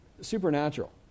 supernatural